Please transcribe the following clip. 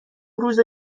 روز